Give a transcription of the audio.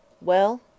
Well